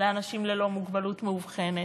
לאנשים ללא מוגבלות מאובחנת,